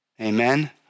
Amen